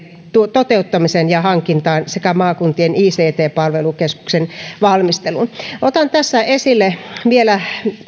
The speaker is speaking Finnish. toteuttamiseen ja hankintaan sekä maakuntien ict palvelukeskuksen valmisteluun otan tässä esille vielä